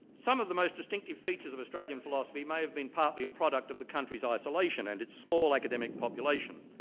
some of the most distinctive features of australian philosophy may have been partly a product of the country's isolation and its small academic population.